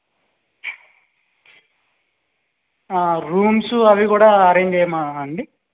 rooms అవి కూడా arrange చేయమా అండి